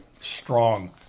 strong